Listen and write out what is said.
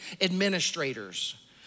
administrators